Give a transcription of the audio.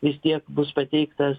vis tiek bus pateiktas